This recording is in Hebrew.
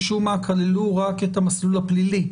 משום מה כללו רק את המסלול הפלילי.